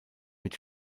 mit